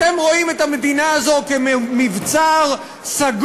אתם רואים את המדינה הזאת כמבצר סגור,